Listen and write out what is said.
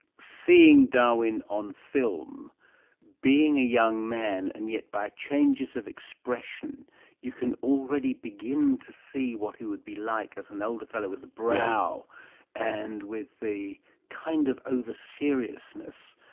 seeing darwin on film being a young man, and yet by changes of expression you can already begin to see what he would be like as an older fellow, with the brow and with the kind of over-seriousness,